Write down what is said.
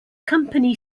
company